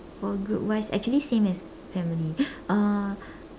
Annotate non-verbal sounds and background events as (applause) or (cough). for group wise actually same as family (noise) uh